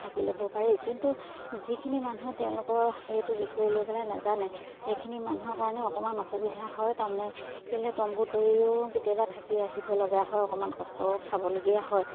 থাকি ল'ব পাৰি কিন্তু যিখিনি মানুহে তেওঁলোকৰ সেইটো বিষয় লৈ পেলাই নাজানে সেইখিনি মানুহৰ কাৰণে অকণমান অসুবিধা হয় তাৰমানে কেলে তম্বু তৰিও কেতিয়াবা থাকি আহিবলগীয়া হয় অকণমান কষ্টও খাবলগীয়া হয়